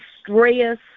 stress